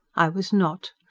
i was not.